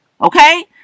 Okay